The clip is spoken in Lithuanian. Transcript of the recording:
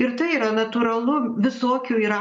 ir tai yra natūralu visokių yra